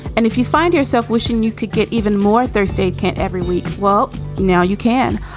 and if you find yourself wishing, you could get even more. thursday. can't every week. well, now you can.